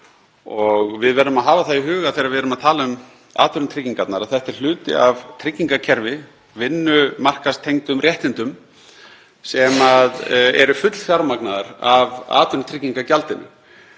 Við verðum að hafa í huga, þegar við erum að tala um atvinnutryggingar, að þetta er hluti af tryggingakerfi, vinnumarkaðstengdum réttindum sem eru fullfjármögnuð af atvinnutryggingagjaldinu.